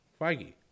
Feige